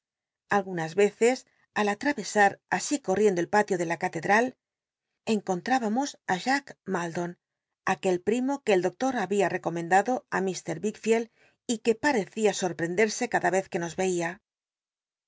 algunas yeces al alraycsar así corriendo el patio de la catedral encon ll ibamos ti j ack maldon aquel primo uc el doctor imbia recomendado ri lr wickflcld y c uc parecía sorprcndersc cada vez que nos yeia